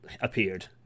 appeared